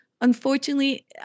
unfortunately